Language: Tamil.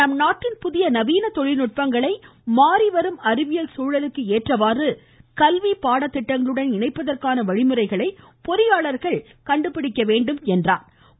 நம்நாட்டின் புதிய நவீன தொழில்நுட்பங்களை மாறிவரும் அறிவியல் சூழலுக்கு ஏற்றவாறு கல்வி பாடத்திட்டத்துடன் இணைப்பதற்கான வழிமுறைகளை பொறியாளர்கள் கொண்டுவர வேண்டும் என்று கேட்டுக்கொண்டார்